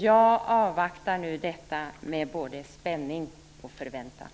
Jag avvaktar nu detta med både spänning och förväntan.